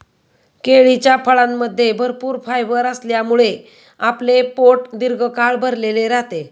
केळीच्या फळामध्ये भरपूर फायबर असल्यामुळे आपले पोट दीर्घकाळ भरलेले राहते